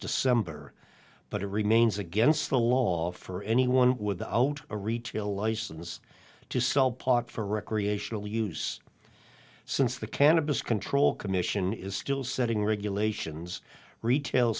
december but it remains against the law for anyone with a retail license to sell pot for recreational use since the cannabis control commission is still setting regulations retail